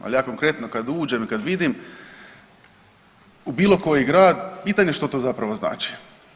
Ali, ja konkretno, kad uđem i kad vidim u bilo koji grad, pitanje je što to zapravo znači.